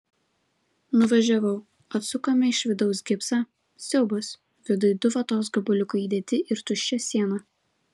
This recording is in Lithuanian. nuvažiavau atsukome iš vidaus gipsą siaubas viduj du vatos gabaliukai įdėti ir tuščia siena